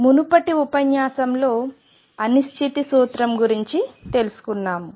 మునుపటి ఉపన్యాసంలో అనిశ్చితి సూత్రం గురించి తెలుసుకున్నాము